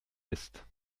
ist